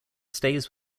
stays